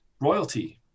royalty